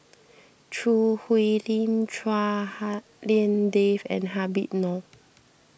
Choo Hwee Lim Chua Hak Lien Dave and Habib Noh